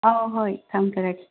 ꯑꯧ ꯍꯣꯏ ꯊꯝꯖꯔꯒꯦ